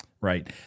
Right